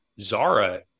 Zara